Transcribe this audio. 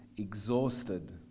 Exhausted